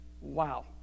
Wow